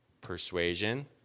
persuasion